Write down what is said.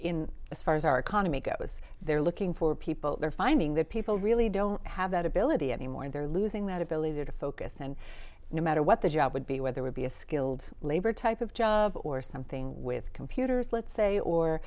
in as far as our economy goes they're looking for people they're finding that people really don't have that ability anymore and they're losing that ability to focus and no matter what the job would be whether would be a skilled labor type of job or something with computers let's say or